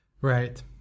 Right